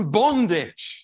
bondage